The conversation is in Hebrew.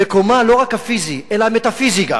ומקומה, לא רק הפיזי, אלא המטאפיזי גם.